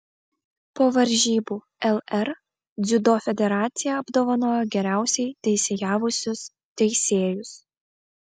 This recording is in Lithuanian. po varžybų lr dziudo federacija apdovanojo geriausiai teisėjavusius teisėjus